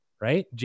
right